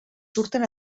surten